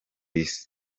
isi